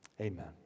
Amen